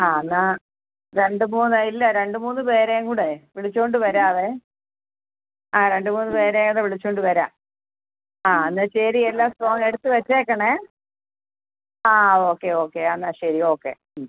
ആ എന്നാ രണ്ട് മൂന്ന് ഇല്ല രണ്ടു മൂന്ന് പേരേയും കൂടെ വിളിച്ചുകൊണ്ട് വരാം ആ രണ്ട് മൂന്ന് പേരേയും കൂടെ വിളിച്ചുകൊണ്ട് വരാം ആ എന്നാൽ ശരി എല്ലാം സ്ട്രോംഗ് എടുത്ത് വച്ചേക്കണേ ആ ഓക്കെ ഓക്കെ എന്നാൽ ശരി ഓക്കെ